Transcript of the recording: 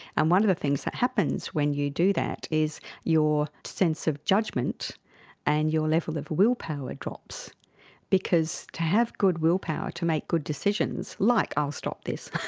and one of the things that happens when you do that is your sense of judgement and your level of willpower drops because to have good willpower to make good decisions, like, i'll stop this,